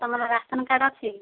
ତମର ration card ଅଛି